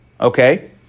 Okay